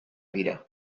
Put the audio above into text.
dira